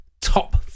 top